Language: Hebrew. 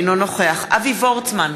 אינו נוכח אבי וורצמן,